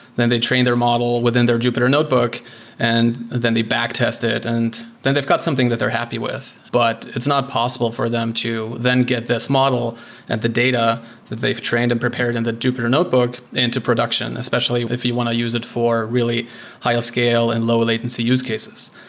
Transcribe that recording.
then they train their model within their jupyter notebook and then they back test it and then they've got something that they're happy with, but it's not possible for them to then get this model and the data that they've trained and prepared in the jupyter notebook into production, especially if you want to use it for really higher scale and low latency use cases.